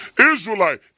Israelite